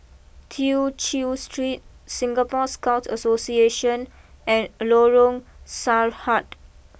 Tew Chew Street Singapore Scout Association and Lorong Sarhad